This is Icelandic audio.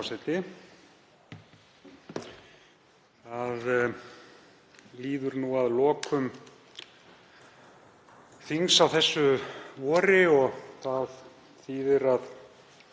Það líður nú að lokum þings á þessu vori. Það þýðir að